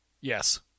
Yes